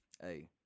hey